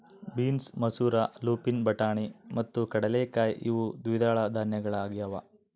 beans ಮಸೂರ lupin ಬಟಾಣಿ ಮತ್ತು ಕಡಲೆಕಾಯಿ ಇವು ದ್ವಿದಳ ಧಾನ್ಯಗಳಾಗ್ಯವ